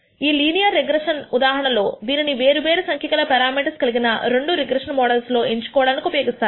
ఈ linear regression ఉదాహరణ లో దీనిని వేరు వేరు సంఖ్య గల పెరామీటర్స్ కలిగిన రెండు రిగ్రెషన్ మోడల్స్ లో ఎంచుకోవడానికి ఉపయోగిస్తారు